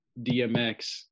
DMX